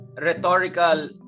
rhetorical